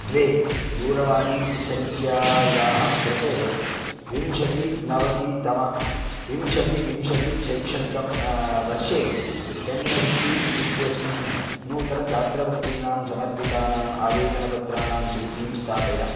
द्वे दूरवाणीसंख्यायाः कृते विंशति नवति तम विंशति विंशति शैक्षिणिक वर्षे एन् एस् पी इत्यस्मिन् नूतन छात्रवृत्तीनां समर्पितानाम् आवेदनपत्राणां सूचीं स्थापय